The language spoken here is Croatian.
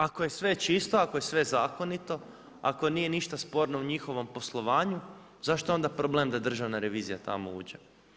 Ako je sve čisto, ako je sve zakonito, ako nije ništa sporno u njihovom poslovanju, zašto je onda problem da Državna revizija tamo uđe.